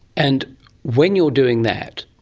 and when you're doing that,